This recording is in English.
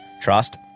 trust